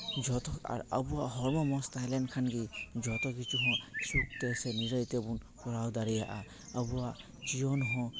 ᱡᱚᱛᱚ ᱟᱨ ᱟᱵᱚᱣᱟᱜ ᱦᱚᱲᱢᱚ ᱢᱚᱡᱽ ᱛᱟᱦᱮᱸ ᱞᱮᱱ ᱠᱷᱟᱱ ᱜᱮ ᱡᱚᱛᱚ ᱠᱤᱪᱷᱩ ᱜᱮ ᱥᱩᱠ ᱛᱮ ᱥᱮ ᱱᱤᱨᱟᱹᱭ ᱛᱮᱵᱚᱱ ᱠᱚᱨᱟᱣ ᱫᱟᱲᱮᱭᱟᱜᱼᱟ ᱟᱵᱚᱣᱟᱜ ᱡᱤᱭᱚᱱ ᱦᱚᱸ